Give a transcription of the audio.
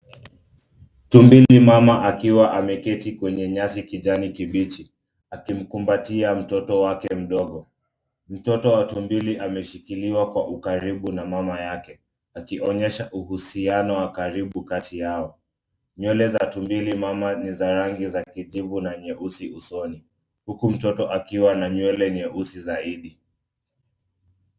Tumbili mama akiwa ameketi kwenye nyasi kijani kibichi, akimkumbatia mtoto wake mdogo. Mtoto wa tumbili ameshikiliwa kwa ukaribu na mama yake, akionyesha uhusiano wa karibu kati yao. Nywele za tumbili mama ni za rangi za kijivu na nyeusi usoni, huku mtoto akiwa na nywele nyeusi zaidi.